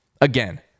Again